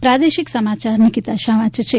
પ્રાદેશિક સમાચાર નિકિતા શાહ વાંચે છે